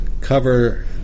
cover